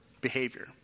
behavior